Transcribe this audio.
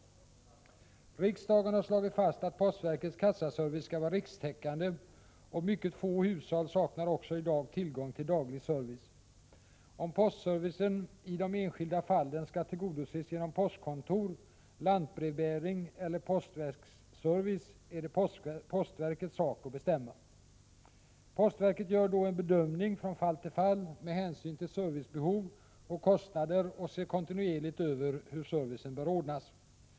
Riksdagen har slagit fast att Postverkets kassaservice skall vara rikstäckande, och mycket få hushåll saknar också i dag tillgång till daglig service. Om postservicen i de enskilda fallen skall tillgodoses genom postkontor, lantbrevbäring eller postväsksservice är det postverkets sak att bestämma. Postverket gör då en bedömning från fall till fall med hänsyn till servicebehov och kostnader och ser kontinuerligt över hur servicen bör ordnas.